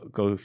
go